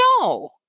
No